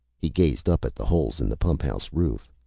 he gazed up at the holes in the pumphouse roof.